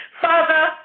Father